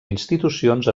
institucions